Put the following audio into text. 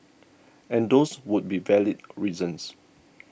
and those would be valid reasons